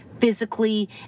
physically